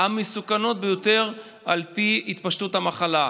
המסוכנות ביותר, על פי התפשטות המחלה.